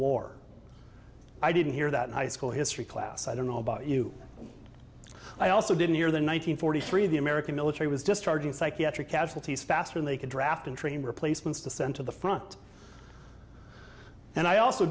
war i didn't hear that high school history class i don't know about you i also didn't hear the nine hundred forty three the american military was just charging psychiatric casualties faster than they could draft and train replacements to send to the front and i also